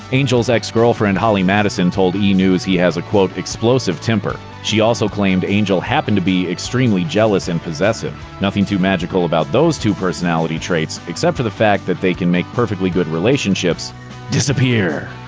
angel's ex-girlfriend holly madison told e! news he has a, quote, explosive temper. she also claimed angel happened to be extremely jealous and possessive. nothing too magical about those two personality traits, except for the fact that they can make perfectly good relationships disappear!